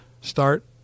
start